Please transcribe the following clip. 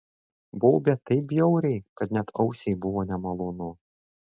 baubė taip bjauriai kad net ausiai buvo nemalonu